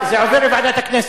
זה ועדות חקירה.